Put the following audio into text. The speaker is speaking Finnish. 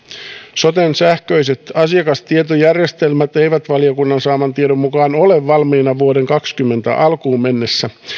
soten sähköiset asiakastietojärjestelmät eivät valiokunnan saaman tiedon mukaan ole valmiina vuoden kaksikymmentä alkuun mennessä